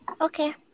Okay